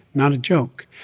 not a joke.